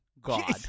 god